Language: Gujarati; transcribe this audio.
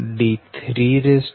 13